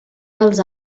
dels